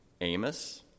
Amos